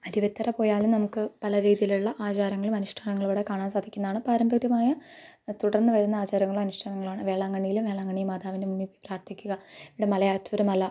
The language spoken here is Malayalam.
അരുവിത്തറ പോയാലും നമുക്ക് പല രീതിയിലുള്ള ആചാരങ്ങളും അനുഷ്ടാനങ്ങളും ഇവിടെ കാണാൻ സാധിക്കുന്നതാണ് പാരമ്പര്യമായ തുടർന്ന് വരുന്ന ആചാരങ്ങളും അനുഷ്ടാനങ്ങളാണ് വേളാങ്കണ്ണിയില് വേളാങ്കണ്ണി മാതാവിൻ്റെ മുന്നിൽ പോയി പ്രാർഥിക്കുക ഇവിടെ മലയാറ്റൂർ മല